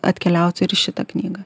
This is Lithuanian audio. atkeliautų ir į šitą knygą